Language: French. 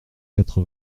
quatre